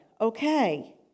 okay